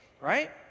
right